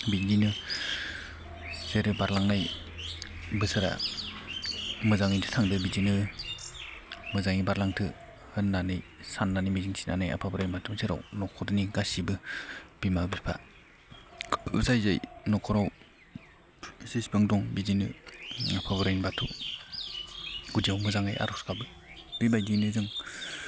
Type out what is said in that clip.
बिदिनो जेरै बारलांनाय बोसोरा मोजाङैनो थांदो बिदिनो मोजाङै बारलांथों होननानै साननानै मिजिं थिनानै आफा बोराय बाथौनि सेराव न'खरनि गासैबो बिमा बिफा जाय जाय न'खराव जेसेबां दं बिदिनो आफा बोराय बाथौ गुदियाव मोजाङै आर'ज गाबो बेबायदिनो जों